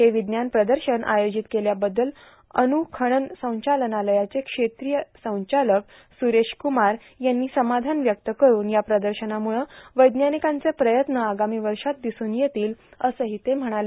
हे विज्ञान प्रदर्शन आयोजित केल्याबद्दल अणू खणन संचालनालयाचे क्षेत्रिय संचालक सुरेश कुमार यांनी समाधान व्यक्त करून या प्रदर्शनामुळं वैज्ञानिकांचे प्रयत्न आगामी वर्षात दिसून येतील असंही ते म्हणाले